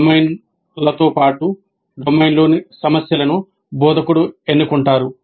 డొమైన్లతో పాటు డొమైన్లోని సమస్యలను బోధకుడు ఎంచుకుంటారు